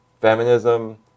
feminism